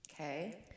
Okay